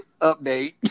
Update